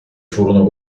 furono